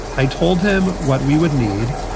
i told him what we would need,